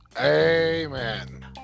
Amen